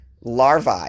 larvae